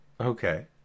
Okay